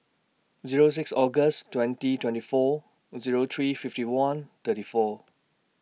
Zero six August twenty twenty four Zero three fifty one thirty four